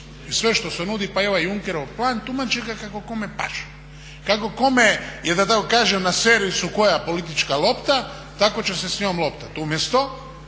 I sve što se nudi, pa evo i Junkerov plan tumači ga kako kome paše, kako kome jer da tako kažem na …/Govornik se ne razumije./… koja politička lopta tako će se s njom loptati umjesto